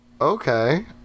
Okay